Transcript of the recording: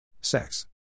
Sex